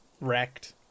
wrecked